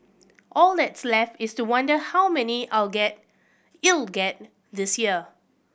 all that's left is to wonder how many our get it'll get this year